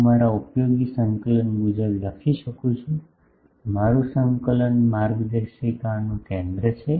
હું મારા ઉપયોગી સંકલન મુજબ લખી શકું છું મારું સંકલન માર્ગદર્શિકાનું કેન્દ્ર છે